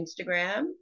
Instagram